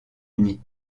uni